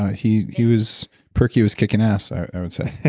ah he he was perky, was kicking ass i would say